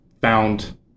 found